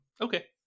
okay